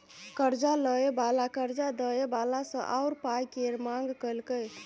कर्जा लय बला कर्जा दय बला सँ आरो पाइ केर मांग केलकै